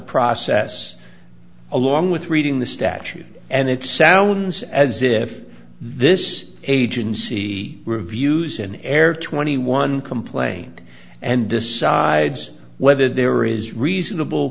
process along with reading the statute and it sounds as if this agency reviews an error twenty one complaint and decides whether there is reasonable